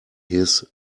his